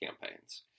campaigns